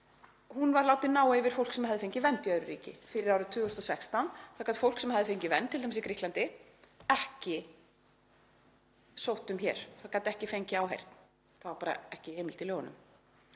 var látin ná yfir fólk sem hefði fengið vernd í öðru ríki. Fyrir árið 2016 gat fólk sem hafði fengið vernd, t.d. í Grikklandi, ekki sótt um hér, það gat ekki fengið áheyrn, það var bara ekki heimilt í lögunum.